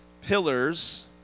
pillars